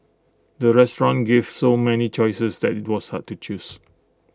the restaurant gave so many choices that IT was hard to choose